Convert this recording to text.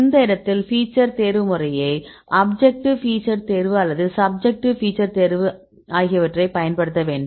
இந்த இடத்தில் ஃபீச்சர் தேர்வு முறையை அப்ஜெக்ட்டிவ் ஃபீச்சர் தேர்வு அல்லது சப்ஜெக்ட்டிவ் ஃபீச்சர் தேர்வு ஆகியவற்றைப் பயன்படுத்த வேண்டும்